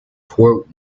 fort